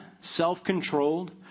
self-controlled